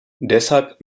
deshalb